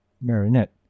Marinette